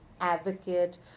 advocate